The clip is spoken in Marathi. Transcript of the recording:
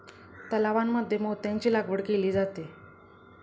तलावांमध्ये मोत्यांची लागवड केली जाते